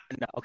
No